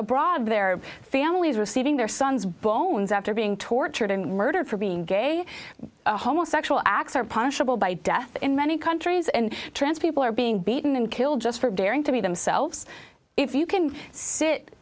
abroad their families receiving their sons bones after being tortured and murdered for being gay homo sexual acts are punishable by death in many countries and trans people are being beaten and killed just for daring to be themselves if you can sit